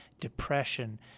depression